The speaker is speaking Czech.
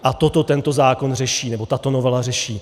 A toto tento zákon řeší, nebo tato novela řeší.